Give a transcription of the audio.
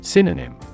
Synonym